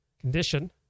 condition